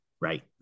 right